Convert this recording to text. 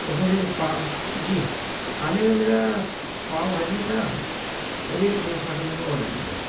उसमें जैसे पा जी खाने में मेरा पाव भाजी था और एक डोसा का मैंने ऑडर दिया था